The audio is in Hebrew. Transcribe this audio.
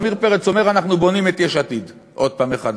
עמיר פרץ אומר שאנחנו בונים את יש עתיד עוד פעם מחדש.